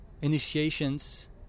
initiations